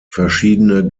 verschiedene